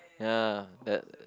ya that